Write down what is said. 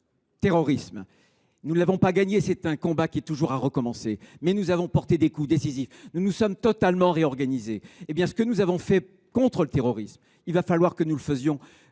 terrorisme. Nous n’avons pas gagné ce combat, qui est toujours à recommencer, mais nous avons porté des coups décisifs. Nous nous sommes totalement réorganisés. Ce que nous avons fait contre le terrorisme, il va falloir que nous le fassions